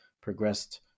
progressed